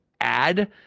add